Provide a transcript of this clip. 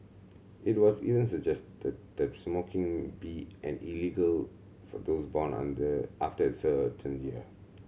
it was even suggested that smoking be an illegal for those born on their after a certain year